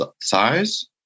size